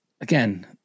again